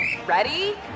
Ready